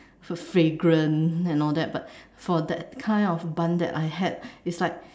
so fragrant and all that but for that kind of abundant I had it's like